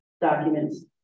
documents